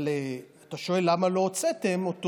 אבל אתה שואל, למה לא הוצאתם אותו?